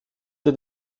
für